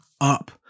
up